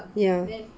ya